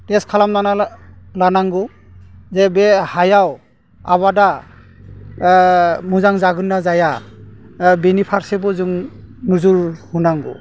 test खालामना नायनांगौ जे बे हायाव आबादा मोजां जागोन्ना जाया बेनि फारसेबो जों नोजोर होनांगौ